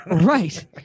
Right